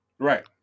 Right